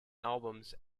albums